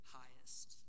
highest